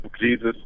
Jesus